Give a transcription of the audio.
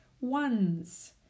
ones